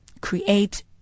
create